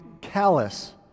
callous